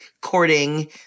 courting